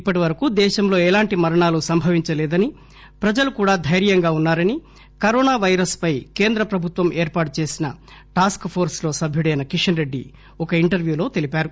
ఇప్పటి వరకు దేశంలో ఎలాంటి మరణాలు సంభవించలేదని ప్రజలు కూడా దైర్యంగా వున్సా రని కరోనా పైరస్ పై కేంద్ర ప్రభుత్వం ఏర్పాటు చేసిన టాస్క్ పోర్చ్ లో సభ్యుడైన కిషన్ రెడ్డి ఒక ఇంటర్పూలో తెలిపారు